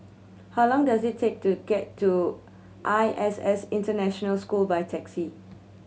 how long does it take to get to I S S International School by taxi